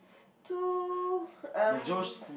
two um